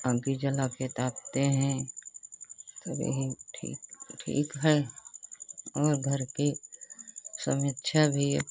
आग जलाकर तापते हैं सब यही ठीक ठीक है और घर के सब अच्छा भी है